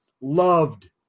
Loved